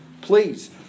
Please